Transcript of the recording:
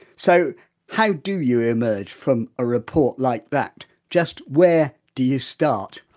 so how do you emerge from a report like that, just where do you start?